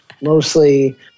mostly